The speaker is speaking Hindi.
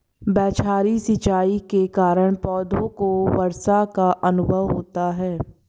बौछारी सिंचाई के कारण पौधों को वर्षा का अनुभव होता है